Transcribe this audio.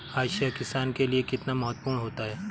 हाशिया किसान के लिए कितना महत्वपूर्ण होता है?